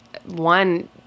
one